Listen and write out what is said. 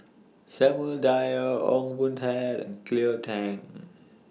Samuel Dyer Ong Boon Tat and Cleo Thang